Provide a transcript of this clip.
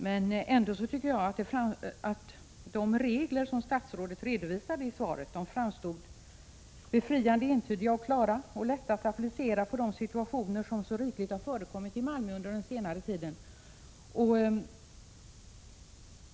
Men jag tycker ändå att de regler som statsrådet redovisade i svaret framstod som befriande entydiga och klara samt lätta att applicera på de situationer som under senare tid så ofta har uppstått i Malmö.